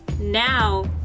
now